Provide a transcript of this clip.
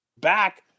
back